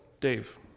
Dave